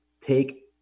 take